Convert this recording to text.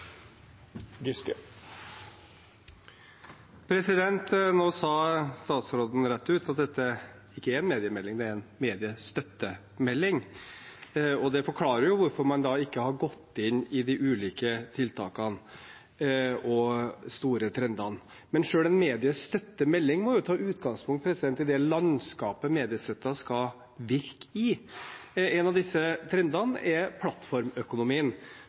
Nå sa statsråden rett ut at dette ikke er en mediemelding. Det er en mediestøttemelding. Det forklarer hvorfor man ikke har gått inn i de ulike tiltakene og de store trendene. Men selv en mediestøttemelding må jo ta utgangspunkt i det landskapet mediestøtten skal virke i. En av disse trendene er plattformøkonomien,